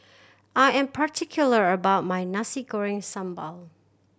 I am particular about my Nasi Goreng Sambal